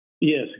Yes